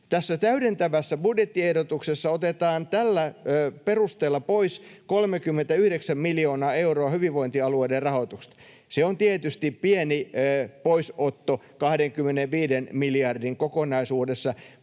Tässä täydentävässä budjettiehdotuksessa otetaan tällä perusteella pois 39 miljoonaa euroa hyvinvointialueiden rahoituksesta. Se on tietysti pieni poisotto 25 miljardin kokonaisuudessa.